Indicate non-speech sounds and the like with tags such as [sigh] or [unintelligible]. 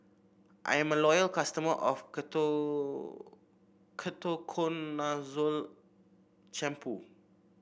I'm a loyal customer of [unintelligible] Ketoconazole Shampoo